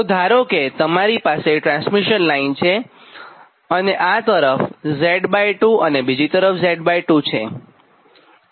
તો ધારો કે તમારી પાસે ટ્રાન્સમિશન લાઇન છે અને આ તરફ Z2 અને બીજી તરફ Z2 છે